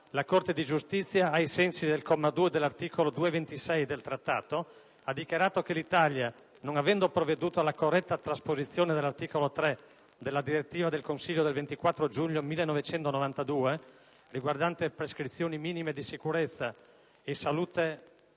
la Corte di giustizia, ai sensi del comma 2 dell'articolo 226 del Trattato, ha dichiarato che l'Italia, non avendo provveduto alla corretta trasposizione dell'articolo 3 della direttiva del Consiglio del 24 giugno 1992, riguardante prescrizioni minime di sicurezza e salute